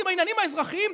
עם העניינים האזרחיים.